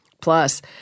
Plus